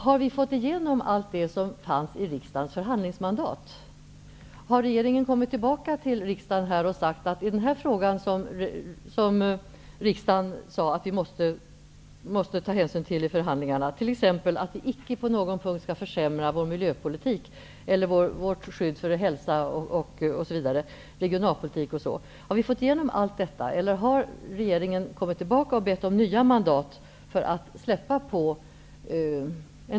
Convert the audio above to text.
Har vi fått igenom allt det som riksdagen fick mandat att förhandla om eller har regeringen kommit tillbaka till riksdagen och bett om nytt mandat för att kunna släppa på en del krav? Riksdagen sade t.ex. att hänsyn till vår miljöpolitik, vårt skydd för hälsa, vår regionalpolitik måste tas i förhandingarna, och inte på någon punkt försämras.